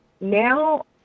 now